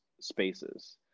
spaces